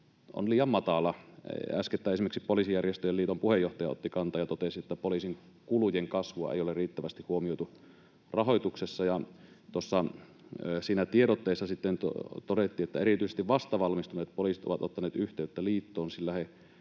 on liian matala. Äskettäin esimerkiksi Poliisijärjestöjen Liiton puheenjohtaja otti kantaa ja totesi, että poliisin kulujen kasvua ei ole riittävästi huomioitu rahoituksessa. Tiedotteessa todettiin, että erityisesti vastavalmistuneet poliisit ovat ottaneet yhteyttä liittoon,